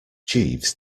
jeeves